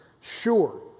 sure